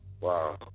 Wow